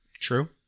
True